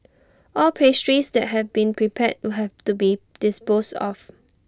all pastries that have been prepared would have to be disposed of